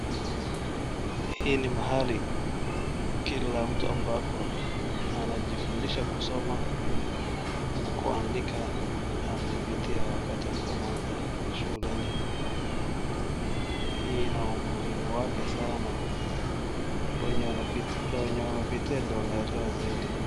Hii ni mahali kila mtu ambapo anajifundisha kusoma na kuandika amepitia wakati alipoanza shuleni. Hii ina umuhimu wake sana kwa wenye wanapiti-- wenye wamepitia ndio wanaelewa zaidi.